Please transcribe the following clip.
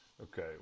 Okay